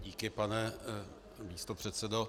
Díky, pane místopředsedo.